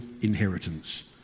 inheritance